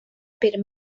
per